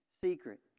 secret